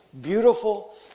beautiful